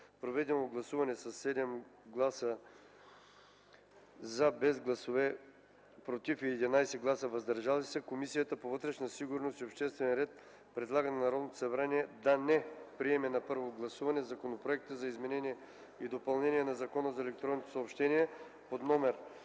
проведено гласуване със 7 гласа „за”, без гласове „против” и 11 гласа „въздържали се” Комисията по вътрешна сигурност и обществен ред предлага на Народното събрание да не приеме на първо гласуване Законопроект за изменение и допълнение на Закона за електронните съобщения, №